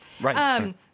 Right